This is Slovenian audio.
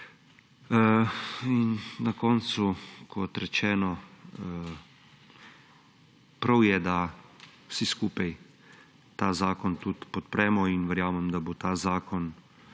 Na koncu, kot rečeno, je prav, da vsi skupaj ta zakon podpremo. In verjamem, da bo ta zakon